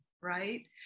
right